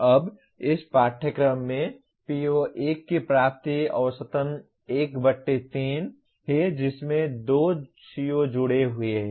अब इस पाठ्यक्रम में PO1 की प्राप्ति औसतन 13 है जिसमें 2 CO जुड़े हुए हैं